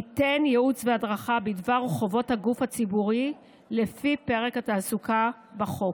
ייתן ייעוץ והדרכה בדבר חובות הגוף הציבורי לפי פרק התעסוקה בחוק.